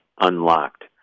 unlocked